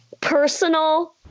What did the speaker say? personal